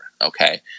Okay